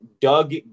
Doug